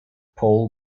paul